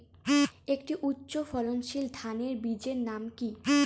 একটি উচ্চ ফলনশীল ধানের বীজের নাম কী?